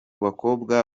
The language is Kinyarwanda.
bakobwa